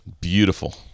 Beautiful